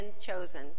chosen